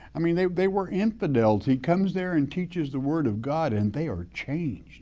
i mean they they were infidelity. he comes there and teaches the word of god and they are changed